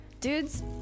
dudes